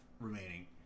remaining